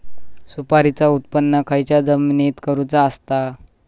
सुपारीचा उत्त्पन खयच्या जमिनीत करूचा असता?